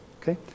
Okay